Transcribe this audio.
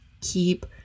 keep